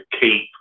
keep